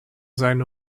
seine